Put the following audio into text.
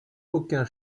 aucun